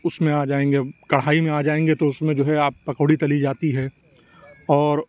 اُس میں آ جائیں گے کڑھائی میں آ جائیں گے تو اُس میں جو ہے آپ پکوڑی تلی جاتی ہے اور